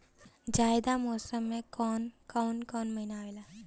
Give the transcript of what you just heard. जायद मौसम में कौन कउन कउन महीना आवेला?